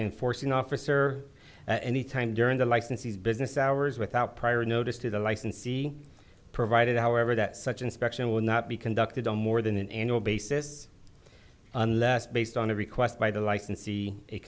enforcing officer at any time during the licensee's business hours without prior notice to the licensee provided however that such inspection will not be conducted on more than an annual basis unless based on a request by the license